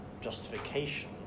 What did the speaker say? justification